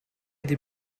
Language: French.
des